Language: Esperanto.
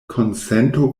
konsento